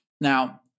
Now